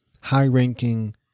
high-ranking